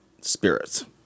spirits